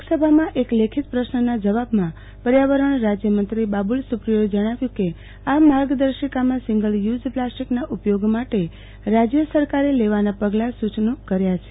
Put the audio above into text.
લોકસભામાં એક લેખિત પ્રશ્નના જવાબમાં પર્યાવરણ રાજયમંત્રી બાબુ લ સુ પ્રિયોએ જણાવ્યુ કેઆ માર્ગદર્શિકામાં સિંગલ યુ ઝ પ્લાસ્ટિકના ઉપયોગ માટે રાજય સરકારે લેવાના પગલાના સુ ચનો કર્યા છે